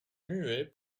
muet